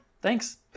thanks